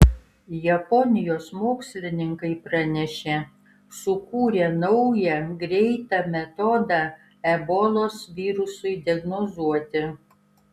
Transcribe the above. japonijos mokslininkai pranešė sukūrę naują greitą metodą ebolos virusui diagnozuoti